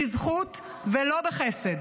בזכות ולא בחסד.